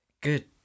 good